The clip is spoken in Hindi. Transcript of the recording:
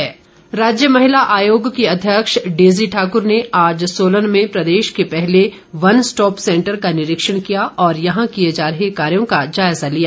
डेजी ठाक्र राज्य महिला आयोग की अध्यक्ष डेजी ठाक्र ने आज सोलन में प्रदेश के पहले वन स्टॉप सेंटर का निरीक्षण किया और यहां किए जा रहे कार्यो का जायजा लिया